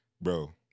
Bro